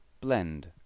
blend